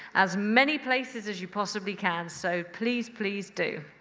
as many places as you possibly can, so please, please do.